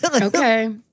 Okay